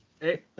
hey